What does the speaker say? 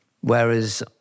Whereas